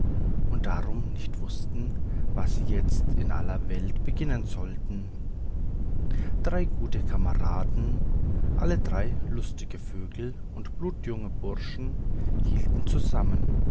und darum nicht wußten was sie jetzt in aller welt beginnen sollten drei gute kameraden alle drei lustige vögel und blutjunge burschen hielten zusammen